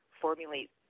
formulate